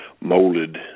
molded